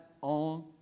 on